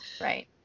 Right